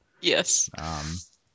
Yes